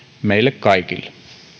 meille kaikille